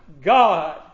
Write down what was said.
God